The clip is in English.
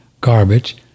garbage